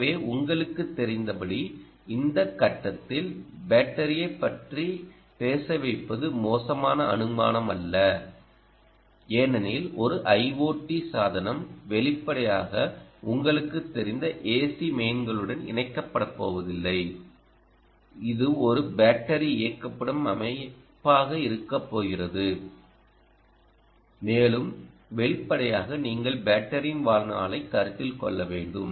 எனவே உங்களுக்குத் தெரிந்தபடி இந்த கட்டத்தில் பேட்டரியைப் பற்றி பேச வைப்பது மோசமான அனுமானம் அல்ல ஏனெனில் ஒரு IOT சாதனம் வெளிப்படையாக உங்களுக்குத் தெரிந்த ஏசி மெயின்களுடன் இணைக்கப்படப் போவதில்லை இது ஒரு பேட்டரி இயக்கப்படும் அமைப்பாக இருக்கப் போகிறது மேலும் வெளிப்படையாக நீங்கள் பேட்டரியின் வாழ்நாளைக் கருத்தில் கொள்ள வேண்டும்